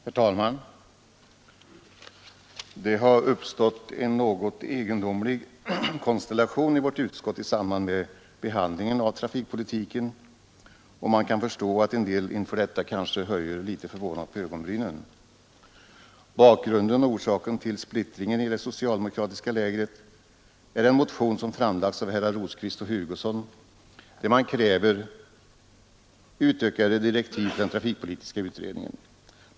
Herr talman! Det har uppstått en något egendomlig konstellation i vårt utskott i samband med behandlingen av trafikpolitiken, och man kan förstå att en del inför detta kanske höjer litet förvånat på ögonbrynen. Bakgrunden och orsaken till splittringen i det socialdemokratiska lägret är en motion som framlagts av herrar Rosqvist och Hugosson, där man kräver utökade direktiv för den trafikpolitiska utredningen.